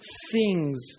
sings